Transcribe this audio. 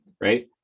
right